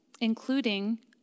Including